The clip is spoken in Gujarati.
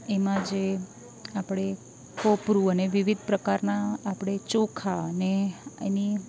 એમાં જે આપણે કોપરું અને વિવિધ પ્રકારના આપણે ચોખા અને એની